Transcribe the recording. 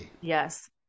Yes